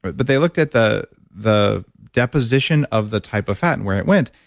but but they looked at the the deposition of the type of fat and where it went.